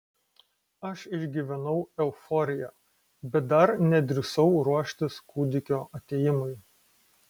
aš išgyvenau euforiją bet dar nedrįsau ruoštis kūdikio atėjimui